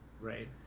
Right